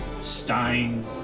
stein